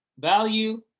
value